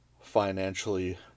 financially